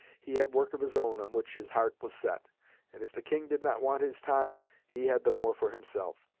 he had work of his own on which his heart was set and if the king did not want his time, he had the more for himself.